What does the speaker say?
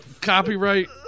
Copyright